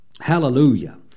Hallelujah